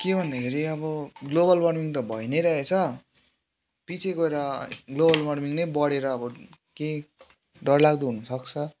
के भन्दाखेरि अब ग्लोबल वार्मिङ त भई ने रहेछ पछि गएर ग्लोबल वार्मिङ नै बढेर अब के डरलाग्दो हुनुसक्छ